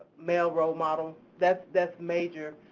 male role model. that's that's major,